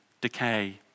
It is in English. decay